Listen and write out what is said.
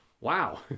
wow